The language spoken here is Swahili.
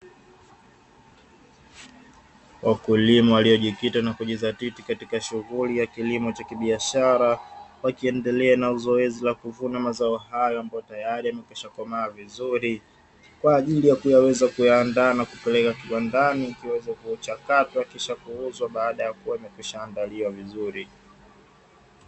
Wakulima waliojikita na kujizatiti katika shughuli ya kilimo cha kibiashara, wakiendelea na zoezi la kuvuna mazao hayo ambayo tayari yamekwisha komaa vizuri kwa ajili ya kuweza kuyaandaa na kupeleka kiwandani; kiweze kuchakatwa kisha kuuzwa baada ya kuwa imekwisha andaliwa vizuri.